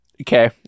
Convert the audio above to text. okay